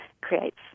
creates